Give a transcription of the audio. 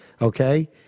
okay